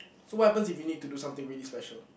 so what happens if you need to do something really special